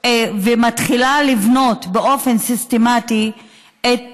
ומתחילה לבנות באופן סיסטמטי את